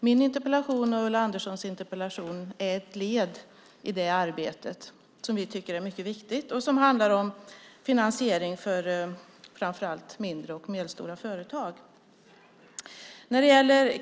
Min interpellation och Ulla Anderssons interpellation är ett led i det arbete som vi tycker är mycket viktigt och som handlar om finansiering för framför allt mindre och medelstora företag.